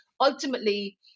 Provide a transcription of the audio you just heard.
ultimately